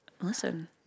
listen